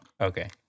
Okay